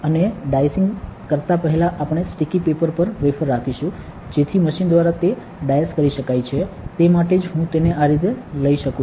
અને ડાઇસિંગ કરતા પહેલા આપણે સ્ટીકી પેપર પર વેફર રાખીશું જેથી મશીન દ્વારા તે ડાઈસ્ડ કરી શકાય છે તે માટે જ હું તેને આ રીતે લઈ શકું છું